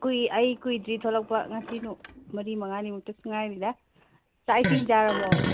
ꯑꯩ ꯀꯨꯏꯗ꯭ꯔꯤ ꯊꯣꯛꯂꯛꯄ ꯃꯁꯤ ꯃꯔꯤ ꯃꯉꯥꯅꯤꯃꯨꯛꯇ ꯉꯥꯏꯔꯤꯗ ꯆꯥꯛ ꯏꯁꯤꯡ ꯆꯥꯔꯕꯣ